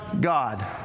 God